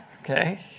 Okay